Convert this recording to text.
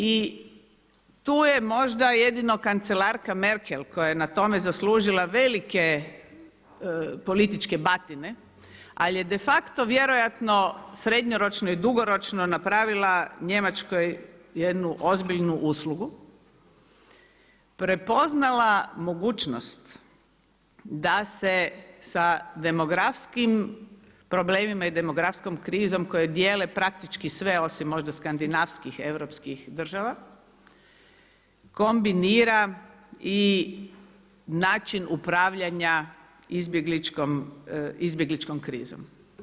I tu je možda jedino kancelarka Merkel koja je na tome zaslužila velike političke batine, ali je de facto vjerojatno srednjoročno i dugoročno napravila Njemačkoj jednu ozbiljnu uslugu, prepoznala mogućnost da se sa demografskim problemima i demografskom krizom koju dijele praktički sve osim možda skandinavskih, europskih država kombinira i način upravljanja izbjegličkom krizom.